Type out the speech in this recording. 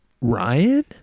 Ryan